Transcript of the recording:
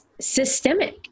systemic